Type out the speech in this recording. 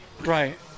Right